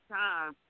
time